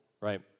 right